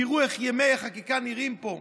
תראו איך ימי החקיקה נראים פה.